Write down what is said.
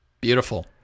Beautiful